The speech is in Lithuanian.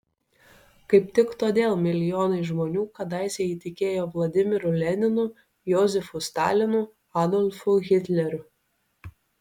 kaip tik todėl milijonai žmonių kadaise įtikėjo vladimiru leninu josifu stalinu adolfu hitleriu